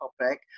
topic